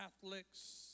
Catholics